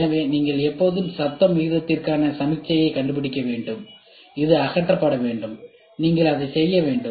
எனவே நீங்கள் எப்போதும் சத்தம் விகிதத்திற்கான சமிக்ஞையை கண்டுபிடிக்க வேண்டும் அது அகற்றப்பட வேண்டும் நீங்கள் அதை செய்ய வேண்டும்